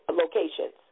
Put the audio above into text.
locations